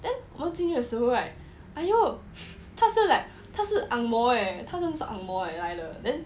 then 我们进去的时候 right !aiyo! 他是 like 他是 ang moh eh then